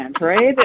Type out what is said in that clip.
right